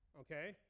okay